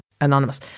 Anonymous